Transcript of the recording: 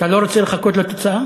אתה לא רוצה לחכות לתוצאה?